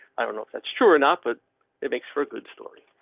i don't know if that's true or not, but it makes for a good story.